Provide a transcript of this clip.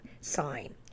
sign